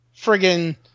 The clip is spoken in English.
friggin